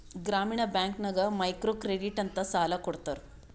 ಗ್ರಾಮೀಣ ಬ್ಯಾಂಕ್ ನಾಗ್ micro credit ಅಂತ್ ಸಾಲ ಕೊಡ್ತಾರ